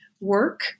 work